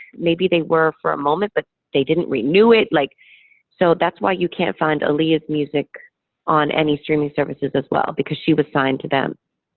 maybe they were for a moment, but they didn't renew it. like so that's why you can't find aaliyah's music on any streaming services as well, because she was signed to them.